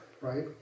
right